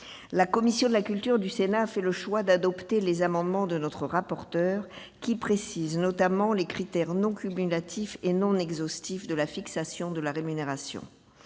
La commission de la culture du Sénat a fait le choix d'adopter les amendements de notre rapporteur dont les dispositions précisent, notamment, les critères non cumulatifs et non exhaustifs de la fixation de la rémunération.